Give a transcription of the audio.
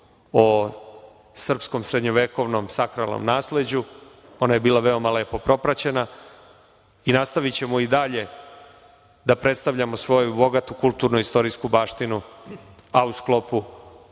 o srpskom srednjovekovnom sakralnom nasleđu, ona je bila veoma lepo propraćena i nastavićemo i dalje da predstavljamo svoju bogatu, kulturno-istorijsku baštinu, a u sklopu